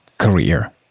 career